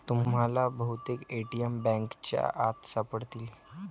तुम्हाला बहुतेक ए.टी.एम बँकांच्या आत सापडतील